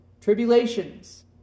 tribulations